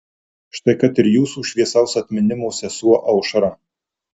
štai kad ir jūsų šviesaus atminimo sesuo aušra